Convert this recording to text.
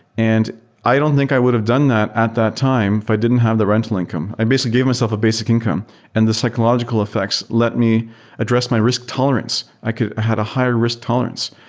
and i don't think i would have done that at that time if i didn't have the rental income. i basically gave myself a basic income and the psychological effects let me address my risk tolerance. i had a higher risk tolerance.